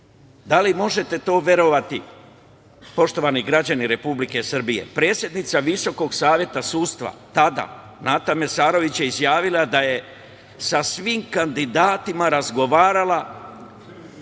Da li možete to verovati, poštovani građani Republike Srbije? Predsednica VSS, tada, Nata Mesarević je izjavila da je sa svim kandidatima razgovarala